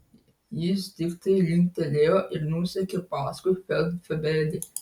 jis tiktai linktelėjo ir nusekė paskui feldfebelį